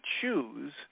choose